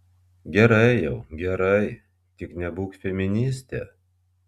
gerai jau gerai tik nebūk feministė